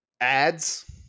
ads